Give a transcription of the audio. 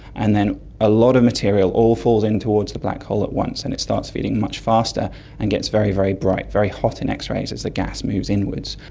and then a lot of material all falls in towards the black hole at once and it starts feeding much faster and gets very, very bright, very hot in x-rays as the gas moves inwards,